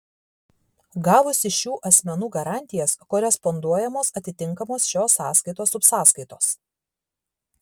gavus iš šių asmenų garantijas koresponduojamos atitinkamos šios sąskaitos subsąskaitos